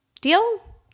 Deal